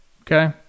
Okay